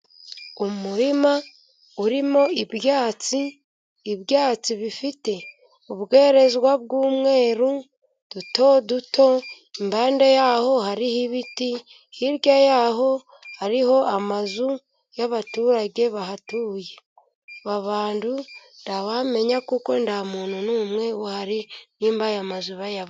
Umurima urimo ibyatsi, ibyatsi bifite ubwerezwa bw'umweru duto duto, impande yaho hariho ibiti, hirya yaho hariho amazu y'abaturage bahatuye. Aba bantu ntawamenya kuko nta muntu n'umwe uhari, nimba aya mazu bayabamo.